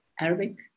Arabic